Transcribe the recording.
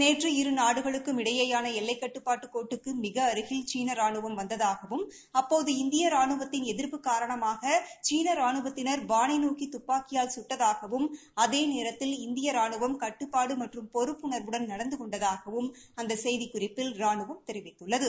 நேற்று இருநாடுகளுக்கும் இடையேயான எல்லைக் கட்டுப்பாட்டுக் கோட்டுக்கு மிக அருகில் சீன ரானுவம் வந்ததாகவும் அப்போது இந்திய ரானுவத்தின் எதிர்ப்பு காரணமாக சீன ரானுவத்தினர் வானை நோக்கி துப்பாக்கியால் சுட்டதாகவும் அதே நேரத்தில் இந்திய ரானுவம் கட்டுப்பாடு மற்றும் பொறுப்புணர்வுடன் நடந்து கொண்டதாகவும் அந்த செய்திக்குறிப்பில் ரானுவம் தெரிவித்துள்ளது